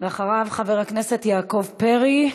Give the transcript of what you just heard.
חבר הכנסת יעקב פרי,